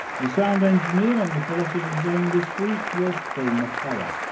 the sound engineer on the philosopher's zone this week was phil mckellar.